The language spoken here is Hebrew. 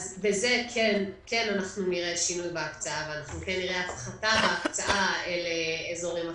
ובזה כן נראה שינוי בהקצאה ונראה הפחתה בהקצאה לאזורים אחרים.